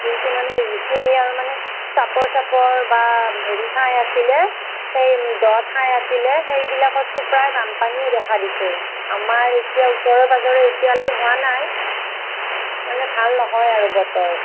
কিন্তু মানে যিখিনি আৰু মানে চাপৰ চাপৰ বা হেৰি ঠাই আছিলে সেই দ ঠাই আছিলে সেইবিলাকততো প্ৰায় বানপানীয়েই দেখা দিছে আমাৰ এতিয়াও ওচৰে পাজৰে এতিয়ালৈ হোৱা নাই মানে ভাল নহয় আৰু বতৰ